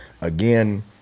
Again